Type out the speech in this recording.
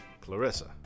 Clarissa